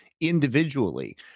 individually